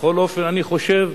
בכל אופן אני חושב,